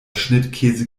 schnittkäse